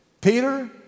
Peter